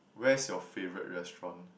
where's your favourite restaurant